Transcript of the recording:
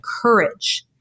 courage